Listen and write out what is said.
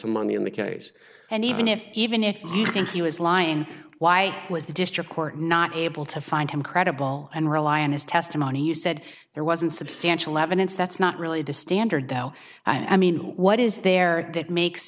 in the case and even if even if you think he was lying why was the district court not able to find him credible and rely on his testimony you said there wasn't substantial evidence that's not really the standard though i mean what is there that makes